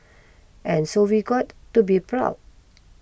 and so we've got to be proud